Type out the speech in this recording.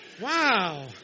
Wow